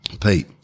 Pete